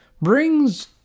brings